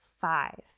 five